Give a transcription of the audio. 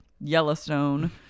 yellowstone